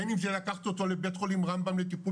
בין אם זה לקחת אותו לבית חולים רמב"ם לטיפול